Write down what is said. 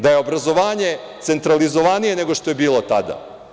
Da je obrazovanje centralizovanije nego što je bilo tada.